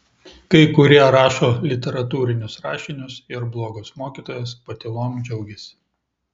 kai kurie rašo literatūrinius rašinius ir blogos mokytojos patylom džiaugiasi